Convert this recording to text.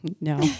No